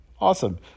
Awesome